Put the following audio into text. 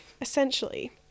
Essentially